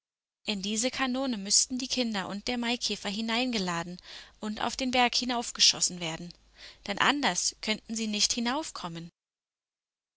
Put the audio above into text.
in diese kanone müßten die kinder und der maikäfer hineingeladen und auf den berg hinaufgeschossen werden denn anders könnten sie nicht hinaufkommen